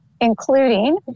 including